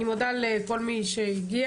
אני מודה לכל מי שהגיע